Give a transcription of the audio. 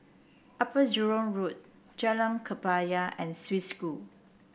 Upper Jurong Road Jalan Kebaya and Swiss School